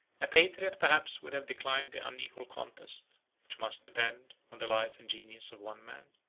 a patriot perhaps would have declined the unequal contest which must depend on the life and genius of one man.